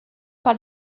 par